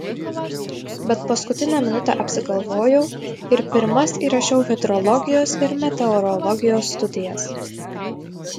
bet paskutinę minutę apsigalvojau ir pirmas įrašiau hidrologijos ir meteorologijos studijas